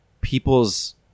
people's –